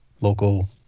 local